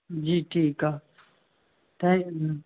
जी ठीकु आहे थैंक्यू